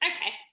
Okay